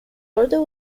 order